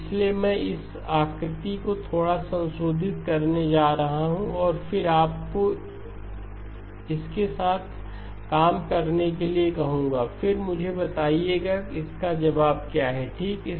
इसलिए मैं इस आकृति को थोड़ा संशोधित करने जा रहा हूं और फिर आपको इसके साथ काम करने के लिए कहूंगा और फिर मुझे बताइएगा कि इसका जवाब क्या है ठीक है